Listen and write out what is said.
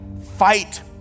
fight